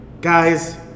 Guys